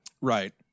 Right